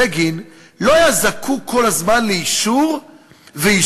בגין לא היה זקוק כל הזמן לאישור ואשרור